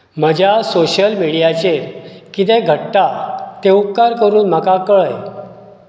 म्हज्या सोशल मिडियाचेर कितें घडटा तें उपकार करून म्हाका कळय